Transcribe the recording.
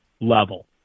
level